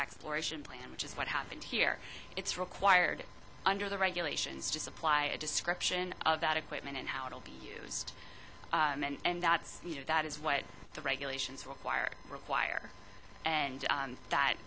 exploration plan which is what happened here it's required under the regulations to supply a description of that equipment and how it will be used and that's you know that is what the regulations require require and that